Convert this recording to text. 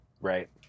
Right